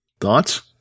Thoughts